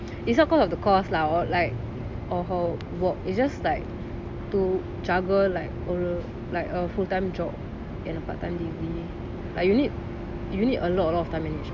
it's not because of the course lah or like her work it's just like to juggle like ஒரு:oru like a full time job and a part time degree like you need a lot of time mangemnet